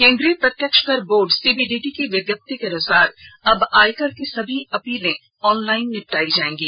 केंद्रीय प्रत्यक्ष कर बोर्ड सीबीडीटी की विज्ञप्ति के अनुसार अब आयकर की सभी अपीलें ऑनलाइन निपटाई जाएंगी